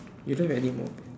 you don't have anymore